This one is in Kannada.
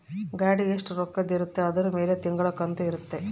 ಗಾಡಿ ಎಸ್ಟ ರೊಕ್ಕದ್ ಇರುತ್ತ ಅದುರ್ ಮೇಲೆ ತಿಂಗಳ ಕಂತು ಇರುತ್ತ